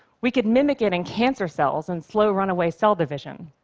we could mimic it in cancer cells and slow runaway cell division.